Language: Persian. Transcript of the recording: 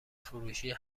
فروشیه